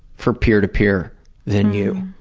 for peer-to-peer than you?